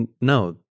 No